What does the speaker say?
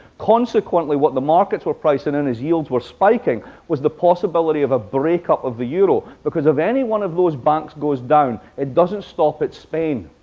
consequently, what the markets were pricing and is as yields were spiking was the possibility of a breakup of the euro. because if any one of those banks goes down, it doesn't stop at spain.